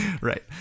Right